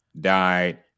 died